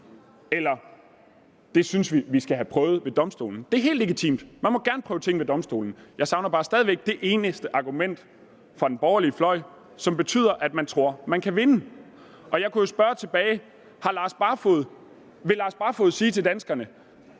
eller at det synes vi at vi skal have prøvet ved Domstolen. Det er helt legitimt. Man må gerne prøve ting ved Domstolen. Jeg savner bare stadig væk det eneste argument fra den borgerlige fløj, som betyder, at man tror, man kan vinde. Jeg kunne jo spørge tilbage: Vil hr. Lars Barfoed sige til danskerne,